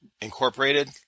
incorporated